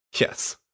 Yes